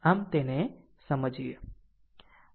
આમ તેને સમજીએ